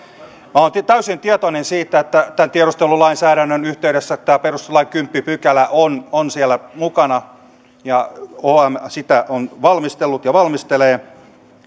minä olen täysin tietoinen siitä että tämän tiedustelulainsäädännön yhteydessä tämä perustuslain kymmenes pykälä on on siellä mukana ja om sitä on valmistellut ja valmistelee